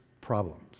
problems